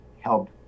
help